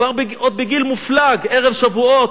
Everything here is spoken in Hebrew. עוד בגיל מופלג, ערב שבועות,